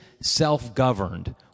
self-governed